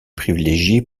privilégié